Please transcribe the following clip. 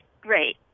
Great